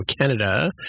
Canada